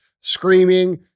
screaming